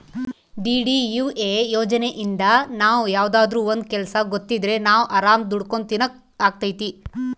DDUA ಯೋಜನೆಇಂದ ನಾವ್ ಯಾವ್ದಾದ್ರೂ ಒಂದ್ ಕೆಲ್ಸ ಗೊತ್ತಿದ್ರೆ ನಾವ್ ಆರಾಮ್ ದುಡ್ಕೊಂಡು ತಿನಕ್ ಅಗ್ತೈತಿ